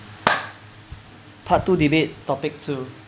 part two debate topic two